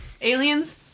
aliens